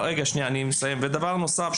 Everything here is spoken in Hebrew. בנוסף,